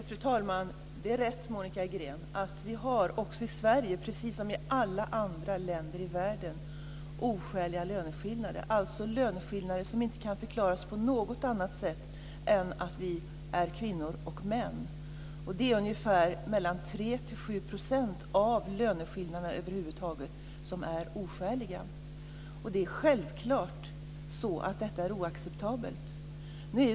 Fru talman! Det är rätt, Monica Green, att vi i Sverige, precis som i alla andra länder i världen, har oskäliga löneskillnader - alltså löneskillnader som inte kan förklaras på något annat sätt än att vi är kvinnor och män. Ungefär 3-7 % av löneskillnaderna över huvud taget är oskäliga och det är självklart oacceptabelt.